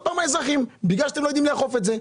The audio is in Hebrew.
שוב האזרחים, בגלל שאתם לא יודעים לאכוף את זה,